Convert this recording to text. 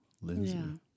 Lindsay